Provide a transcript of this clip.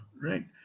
right